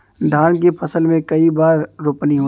धान के फसल मे कई बार रोपनी होला?